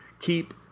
keep